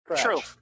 True